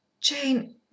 Jane